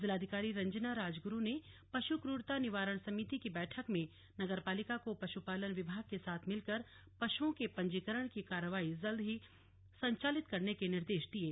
जिलाधिकारी रंजना राजगुरू ने पशु क्रूरता निवारण समिति की बैठक में नगर पालिका को पशुपालन विभाग के साथ मिलकर पशुओं के पंजीकरण की कार्रवाई जल्द संचालित करने के निर्देश दिये